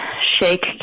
shake